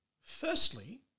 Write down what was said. firstly